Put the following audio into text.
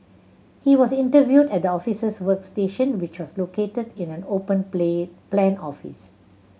he was interviewed at the officers workstation which was located in an open play plan office